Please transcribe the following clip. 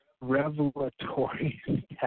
revelatory